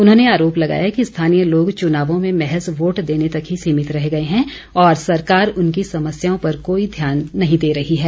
उन्होंने आरोप लगाया कि स्थानीय लोग चुनावों में महज़ वोट देने तक ही सीमित रह गए हैं और सरकार उनकी समस्याओं पर कोई ध्यान नहीं दे रही है